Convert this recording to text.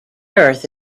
earth